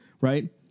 Right